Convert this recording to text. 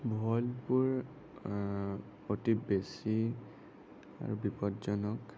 ভল্টবোৰ অতি বেছি আৰু বিপদজনক